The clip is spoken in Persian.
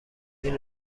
این